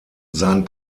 sein